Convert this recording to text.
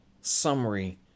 summary